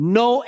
no